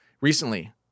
recently